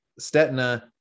Stetna